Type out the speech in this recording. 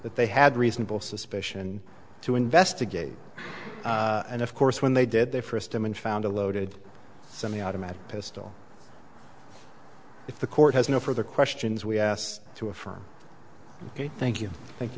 that they had reasonable suspicion to investigate and of course when they did their first i'm in found a loaded semiautomatic pistol if the court has no further questions we have to affirm thank you thank you